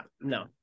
no